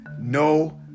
No